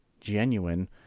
genuine